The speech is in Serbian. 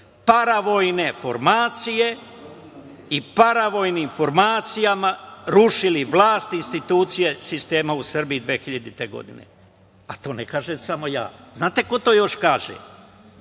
paravojne formacije, i paravojnim formacijama rušili vlast, institucije sistema u Srbiji 2000. godine. To ne kažem samo ja. Znate ko to još kaže?